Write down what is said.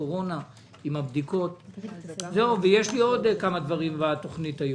הקורונה ויש לנו עוד כמה נושאים בתוכנית היום.